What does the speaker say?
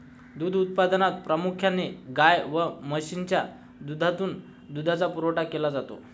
दूध उत्पादनात प्रामुख्याने गाय व म्हशीच्या दुधातून दुधाचा पुरवठा केला जातो